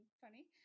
funny